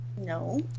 No